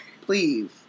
Please